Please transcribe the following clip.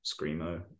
screamo